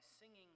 singing